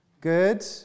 Good